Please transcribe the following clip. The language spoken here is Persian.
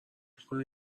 میکنه